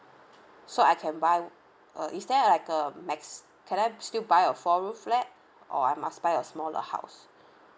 so I can buy uh is there like uh max can I still buy a four room flat or I must buy a smaller house